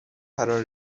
فرا